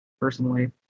personally